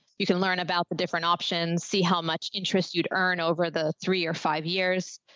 you can learn about the different options, see how much interest you'd earn over the three or five years.